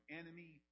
enemy